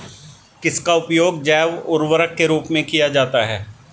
किसका उपयोग जैव उर्वरक के रूप में किया जाता है?